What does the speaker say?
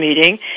meeting